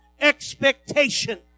expectation